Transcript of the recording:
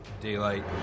daylight